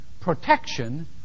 protection